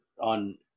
on